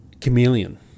Chameleon